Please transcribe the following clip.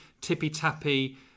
tippy-tappy